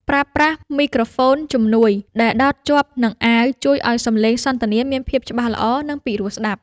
ប្រើប្រាស់មីក្រូហ្វូនជំនួយដែលដោតជាប់នឹងអាវជួយឱ្យសំឡេងសន្ទនាមានភាពច្បាស់ល្អ និង ពីរោះស្ដាប់។